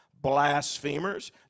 blasphemers